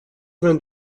vingt